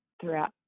throughout